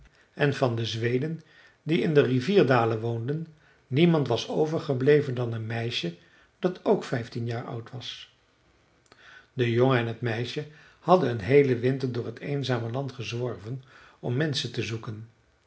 en van de zweden die in de rivierdalen woonden niemand was overgebleven dan een meisje dat ook vijftien jaar oud was de jongen en t meisje hadden een heelen winter door t eenzame land gezworven om menschen te zoeken